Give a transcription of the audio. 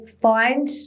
find